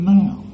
now